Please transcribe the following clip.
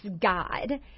god